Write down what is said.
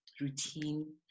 routine